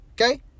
Okay